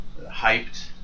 hyped